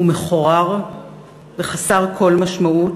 הוא מחורר וחסר כל משמעות,